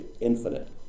infinite